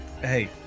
Hey